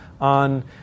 on